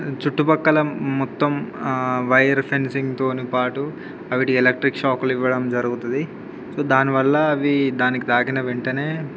చుట్టు ప్రక్కల మొత్తం వైర్ ఫెన్సింగ్తోని పాటు వాటి ఎలక్ట్రిక్ షాకులు ఇవ్వడం జరుగుతుంది సో దానివల్ల అవి దానికి తాకిన వెంటనే